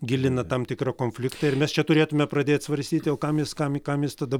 gilina tam tikrą konfliktą ir mes čia turėtume pradėt svarstyti o kam jis kam kam jis tada